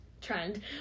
Trend